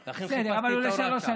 אבל הוא לא הוראת שעה.